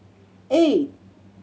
eight